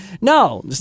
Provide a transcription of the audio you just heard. no